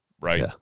Right